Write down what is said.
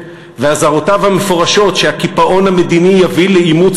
ואזהרותיו המפורשות שהקיפאון המדיני יביא לעימות